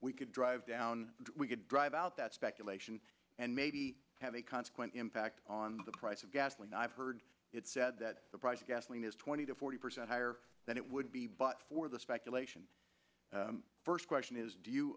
we could drive down we could drive out that speculation and maybe have a consequent impact on the price of gasoline i've heard it said that the price of gasoline is twenty to forty percent higher than it would be but for the speculation first question is do you